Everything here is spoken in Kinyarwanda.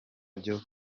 byo